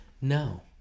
No